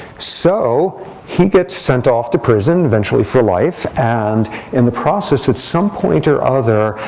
so he gets sent off to prison eventually for life. and in the process at some point or other,